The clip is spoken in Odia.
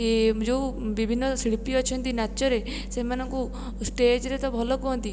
ଯେଉଁ ବିଭିନ୍ନ ଶିଳ୍ପି ଅଛନ୍ତି ନାଚରେ ସେମାନଙ୍କୁ ଷ୍ଟେଜ୍ରେ ତ ଭଲ କୁହନ୍ତି